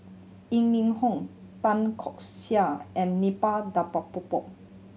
Yeo Ning Hong Tan Keong Saik and Suppiah Dhanabalan